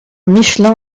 michelin